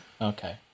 okay